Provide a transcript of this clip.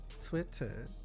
Twitter